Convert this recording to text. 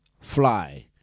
fly